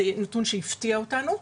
וזה נתון שהפתיע אותנו.